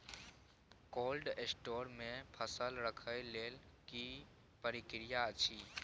Cold store मे फसल रखय लेल की प्रक्रिया अछि?